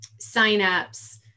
signups